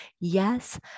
Yes